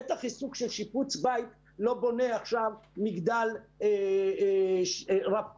בטח עיסוק של שיפוץ בית לא בונה עכשיו מגדל רב קומות.